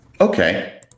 Okay